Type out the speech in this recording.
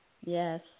yes